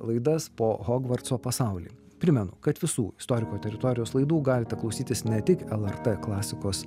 laidas po hogvartso pasaulį primenu kad visų istoriko teritorijos laidų galite klausytis ne tik lrt klasikos